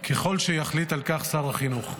ככל שיחליט על כך שר החינוך.